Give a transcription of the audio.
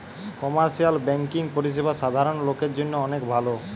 commercial banking পরিষেবা সাধারণ লোকের জন্য অনেক ভালো